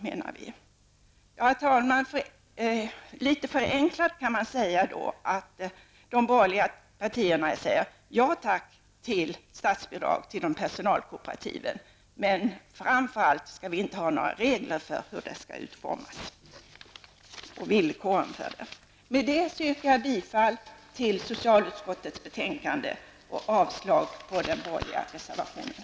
Herr talman! Man kan litet förenklat säga att de borgerliga partierna säger ja tack till statsbidrag till personalkooperativ, men framför allt inte vill ha några regler för hur dessa skall utformas. Jag yrkar bifall till socialutskottets hemställan och avslag på den borgerliga reservationen.